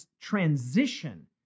transition